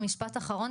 לעזרה'.